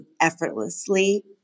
effortlessly